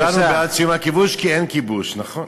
כולנו בעד סיום הכיבוש כי אין כיבוש, נכון.